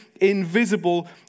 invisible